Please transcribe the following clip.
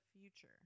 future